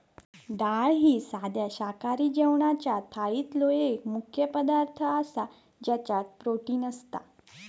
डाळ ही साध्या शाकाहारी जेवणाच्या थाळीतलो एक मुख्य पदार्थ आसा ज्याच्यात प्रोटीन असता